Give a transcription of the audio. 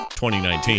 2019